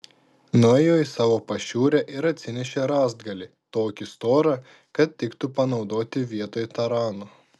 nuėjo į savo pašiūrę ir atsinešė rąstgalį tokį storą kad tiktų panaudoti vietoj tarano